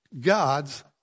God's